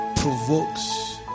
provokes